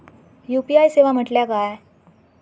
UPI सेवा म्हटल्या काय?